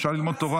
אפשר ללמוד תורה